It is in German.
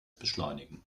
beschleunigen